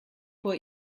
vor